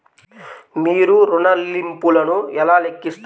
మీరు ఋణ ల్లింపులను ఎలా లెక్కిస్తారు?